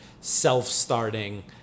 self-starting